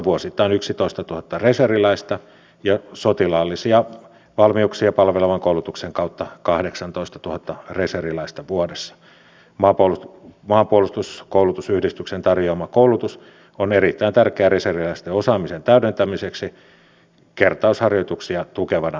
mutta ymmärrän hyvin ymmärrän hyvin että rabulistiedustaja zyskowicz pyrkii siirtämään keskustelun pois siitä mistä välikysymyksessä on kyse nimittäin tämä on erittäin kiusallinen erityisesti kokoomukselle ja kokoomuslaisten ministereiden valmistelun tasolle